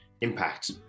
impact